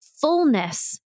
fullness